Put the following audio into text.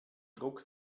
druck